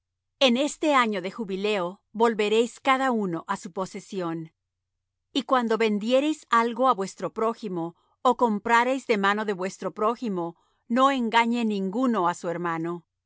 en este año de jubileo volveréis cada uno á su posesión y cuando vendiereis algo á vuestro prójimo ó comprareis de mano de vuestro prójimo no engañe ninguno a su hermano